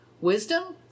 Wisdom